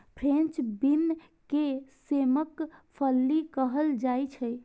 French bean के सेमक फली कहल जाइ छै